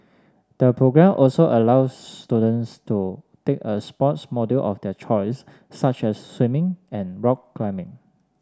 the programme also allows students to take a sports module of their choice such as swimming and rock climbing